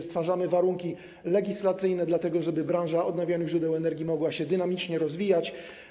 Stwarzamy warunki legislacyjne, żeby branża odnawialnych źródeł energii mogła się dynamicznie rozwijać.